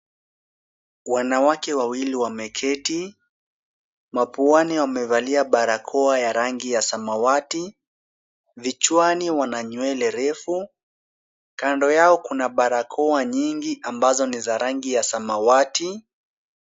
Wanawake wawili wameketi. Puani wamevalia barakoa ya rangi ya samawati. Vichwani wana nywele refu. Kando yao kuna barakoa nyingi ambazo ni za rangi ya samawati.